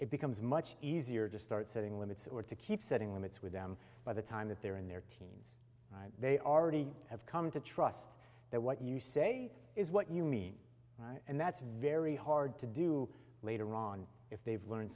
it becomes much easier to start setting limits or to keep setting limits with them by the time that they're in their teens they already have come to trust that what you say is what you mean and that's very hard to do later on if they've learned